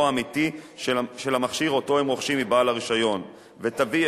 האמיתי של המכשיר שהם רוכשים מבעל הרשיון ותביא,